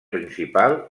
principal